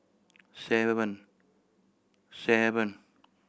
seven seven